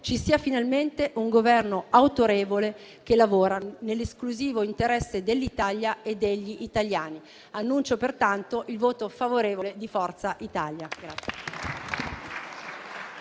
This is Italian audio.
ci sia finalmente un Governo autorevole che lavora nell'esclusivo interesse dell'Italia e degli italiani. Annuncio pertanto il voto favorevole di Forza Italia